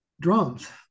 drums